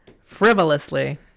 Frivolously